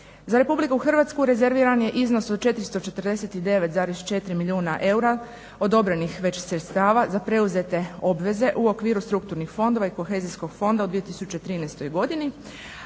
Za Republiku Hrvatsku rezerviran je iznos od 449,4 milijuna eura odobrenih već sredstava za preuzete obveze u okviru strukturnih fondova i kohezijskog fonda u 2013. godini,